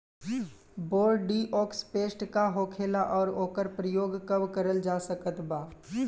Bordeaux paste का होखेला और ओकर प्रयोग कब करल जा सकत बा?